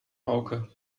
hauke